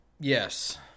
Yes